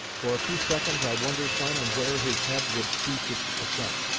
for a few seconds i wondered when and where his head would cease its ascent